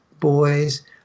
boys